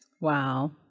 Wow